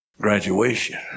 graduation